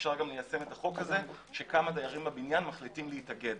אפשר גם ליישם את החוק הזה שכמה דיירים בבניין מחליטים להתאגד.